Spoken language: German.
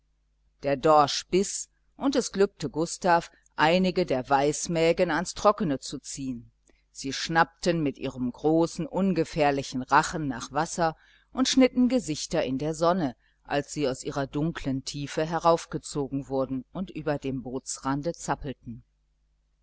der dorsch biß und es glückte gustav einige der weißmägen ans trockne zu ziehen sie schnappten mit ihrem großen ungefährlichen rachen nach wasser und schnitten gesichter in der sonne als sie aus ihrer dunklen tiefe heraufgezogen wurden und über dem bootsrande zappelten